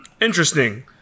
Interesting